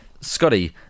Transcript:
Scotty